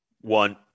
one